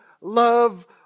love